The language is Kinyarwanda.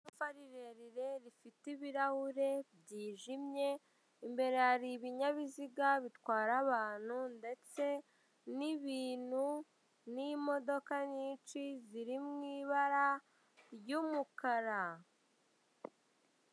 Iduka rirerire rifite ibirahure byijimye, imbere hari ibinyabiziga bitwara abantu ndetse n'ibintu, n'imodoka nyinshi ziri mu ibara ry'umukara.